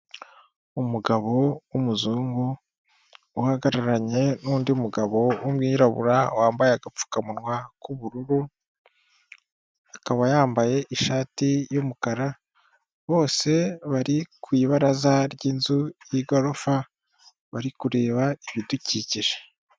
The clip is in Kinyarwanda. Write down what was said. Umugabo w'umuzungu uhagararanye n'undi mugabo w'umwirabura wambaye agapfukamunwa k'ubururu, akaba yambaye ishati y'umukara, bose bari ku ibaraza ry'inzu y'igorofa bari kureba ibidukikije.